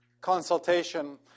consultation